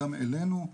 גם אלינו.